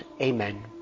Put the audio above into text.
Amen